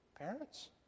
Parents